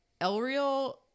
Elreal –